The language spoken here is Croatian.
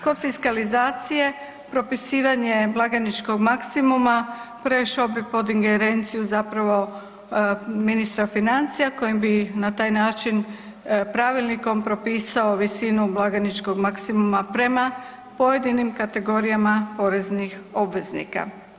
Kod fiskalizacije, propisivanje blagajničkog maksimuma, prešao bi pod ingerenciju, zapravo ministra financija, kojim bi na taj način pravilnikom propisao visinu blagajničkog maksimuma prema pojedinim kategorijama poreznih obveznika.